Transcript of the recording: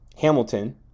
Hamilton